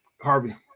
Harvey